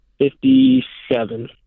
Fifty-seven